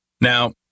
Now